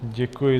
Děkuji.